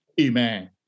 Amen